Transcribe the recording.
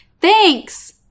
Thanks